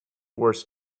worse